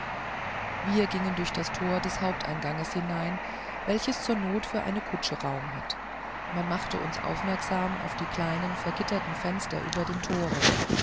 wir gingen durch das tor des haupteinganges hinein welches zur not für eine kutsche raum hat man machte uns aufmerksam auf die kleinen vergitterten fenster über dem tore